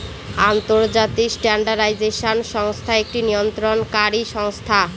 আন্তর্জাতিক স্ট্যান্ডার্ডাইজেশন সংস্থা একটি নিয়ন্ত্রণকারী সংস্থা